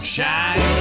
Shine